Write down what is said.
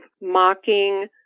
mocking